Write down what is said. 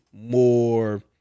more